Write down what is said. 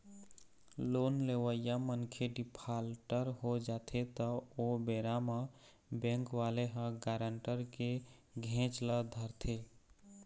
loan लेवइया मनखे defaulter हो जाथे त ओ बेरा म बेंक वाले ह गारंटर के घेंच ल धरथे